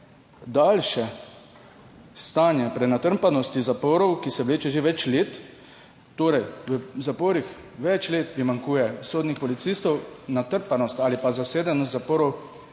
daljše stanje prenatrpanosti zaporov, ki se vleče že več let. V zaporih torej več let primanjkuje sodnih policistov, natrpanost ali pa zasedenost zaporov